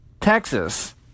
Texas